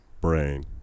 brain